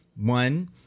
One